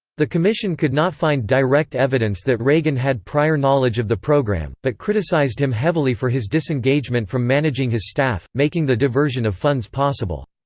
the commission could not find direct evidence that reagan had prior knowledge of the program, but criticized him heavily for his disengagement from managing his staff, making the diversion of funds possible.